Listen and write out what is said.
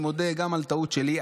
אני מודה גם בטעות שלי,